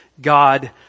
God